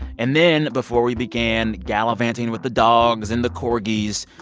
and then before we began gallivanting with the dogs and the corgis,